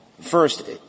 first